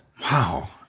Wow